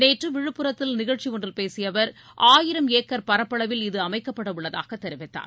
நேற்று விழுப்புரத்தில் நிகழ்ச்சி ஒன்றில் பேசிய அவர் ஆயிரம் ஏக்கர் பரப்பளவில் இது அமைக்கப்படவுள்ளதாக தெரிவித்தார்